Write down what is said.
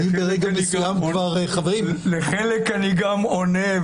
אני ברגע מסוים כבר --- לחלק אני גם עונה,